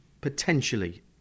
potentially